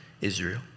Israel